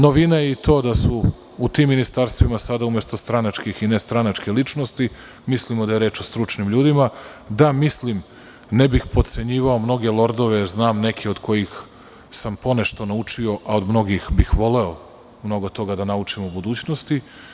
Novina je i to da su u tim ministarstvima sada umesto stranačkih, sada ne stranačke ličnosti i mislimo da je reč o stručnim ljudima, da mislim ne bih potcenjivao mnoge lordove, jer znam neke od kojih sam po nešto naučio, a od mnogih bih voleo mnogo toga da naučim u budućnosti.